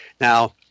Now